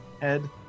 head